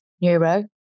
neuro